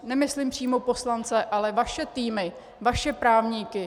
Nemyslím přímo poslance, ale vaše týmy, vaše právníky.